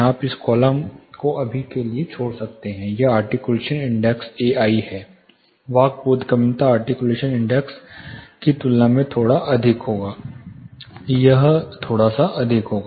आप इस कॉलम को अभी के लिए छोड़ सकते हैं यह आर्टिक्यूलेशन इंडेक्स AI है वाक् बोधगम्यता आर्टिक्यूलेशन इंडेक्स की तुलना में थोड़ा अधिक होगा यह थोड़ा अधिक होगा